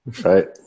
Right